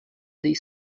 des